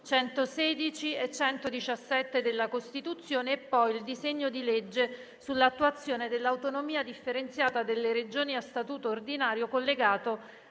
116 e 117 della Costituzione e poi il disegno di legge sull'attuazione dell'autonomia differenziata delle Regioni a statuto ordinario collegato